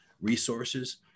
resources